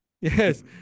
Yes